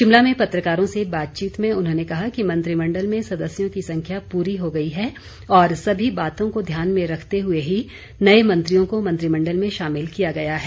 शिमला में पत्रकारों से बातचीत में उन्होंने कहा कि मंत्रिमंडल में सदस्यों की संख्या पूरी हो गई है और सभी बातों को ध्यान में रखते हुए ही नए मंत्रियों को मंत्रिमंडल में शामिल किया गया है